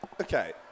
Okay